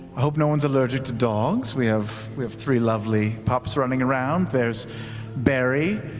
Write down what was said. hope no one's allergic to dogs. we have we have three lovely pups running around. there's barry,